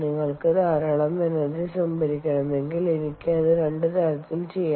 നിങ്ങൾക്ക് ധാരാളം എനർജി സംഭരിക്കണമെങ്കിൽ എനിക്ക് അത് രണ്ട് തരത്തിൽ ചെയ്യാം